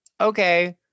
okay